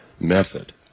method